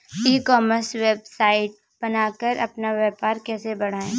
ई commerce website बनाकर अपना व्यापार कैसे बढ़ाएँ?